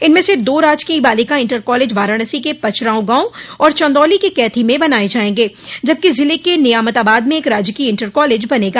इनमें से दो राजकीय बालिका इण्टर कालेज वाराणसी के पचरांव गाँव और चन्दौली के कैथी में बनाय जायेंगे जबकि जिले के नियामताबाद में एक राजकीय इण्टर कालेज बनेगा